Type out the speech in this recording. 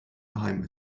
geheim